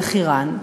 אלחיראן,